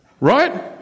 right